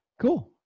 Cool